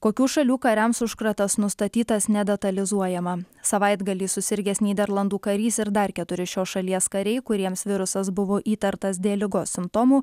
kokių šalių kariams užkratas nustatytas nedetalizuojama savaitgalį susirgęs nyderlandų karys ir dar keturi šios šalies kariai kuriems virusas buvo įtartas dėl ligos simptomų